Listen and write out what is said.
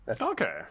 Okay